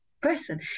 person